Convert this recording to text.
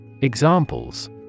Examples